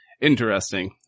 Interesting